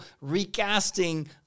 recasting